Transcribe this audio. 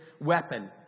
weapon